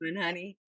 honey